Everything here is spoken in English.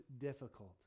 difficult